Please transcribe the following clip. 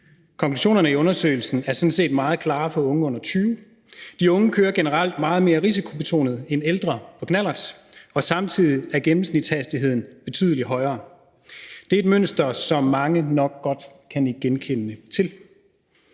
Konklusionerne i undersøgelsen er meget klare i forhold til unge under 20 år: De unge kører generelt meget mere risikobetonet end ældre på knallert, og samtidig er den gennemsnitlige hastighed betydelig højere. Det er et mønster, som mange nok godt kan nikke genkendende til.